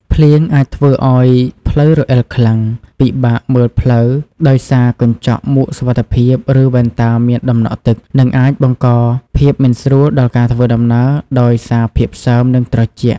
ភ្លៀងអាចធ្វើឱ្យផ្លូវរអិលខ្លាំង ពិបាកមើលផ្លូវដោយសារកញ្ចក់មួកសុវត្ថិភាព ឬវ៉ែនតាមានដំណក់ទឹក និងអាចបង្កភាពមិនស្រួលដល់ការធ្វើដំណើរដោយសារភាពសើម និងត្រជាក់។